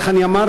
איך אני אמרתי?